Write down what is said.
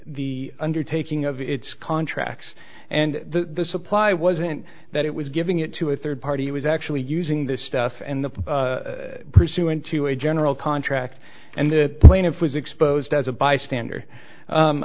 the undertaking of its contracts and the supply wasn't that it was giving it to a third party was actually using this stuff and the pursuant to a general contract and the plaintiff was exposed as a bystander